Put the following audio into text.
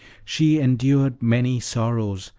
she endured many sorrows,